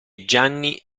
gianni